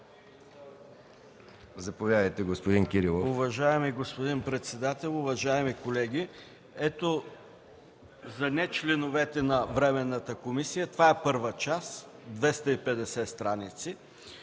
Заповядайте, господин Димитров.